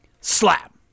Slap